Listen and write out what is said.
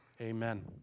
Amen